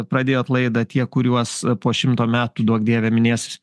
pradėjot laidą tie kuriuos po šimto metų duok dieve minės